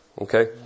Okay